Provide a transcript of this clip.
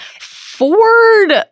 Ford